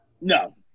No